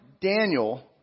Daniel